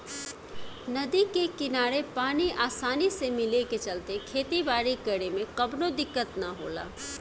नदी के किनारे पानी आसानी से मिले के चलते खेती बारी करे में कवनो दिक्कत ना होला